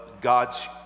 God's